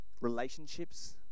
relationships